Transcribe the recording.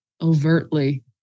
overtly